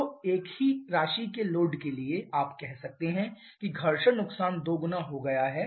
तो एक ही राशि के लोड के लिए आप कह सकते हैं कि घर्षण नुकसान दोगुना हो गया है